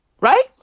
right